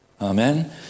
Amen